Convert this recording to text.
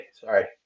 sorry